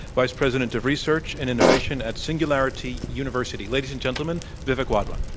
vice president of research and innovation at singularity university. ladies and gentlemen, vivek wadhwa.